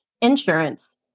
insurance